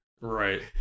Right